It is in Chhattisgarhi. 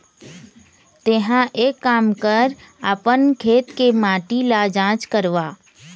तेंहा एक काम कर अपन खेत के माटी ल जाँच करवा